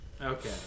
Okay